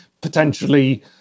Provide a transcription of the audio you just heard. potentially